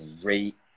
great